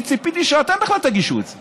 אני ציפיתי שאתם בכלל תגישו את זה,